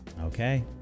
Okay